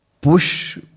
push